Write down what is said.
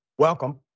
Welcome